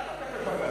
אתה תוקף את בג"ץ.